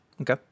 Okay